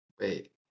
Wait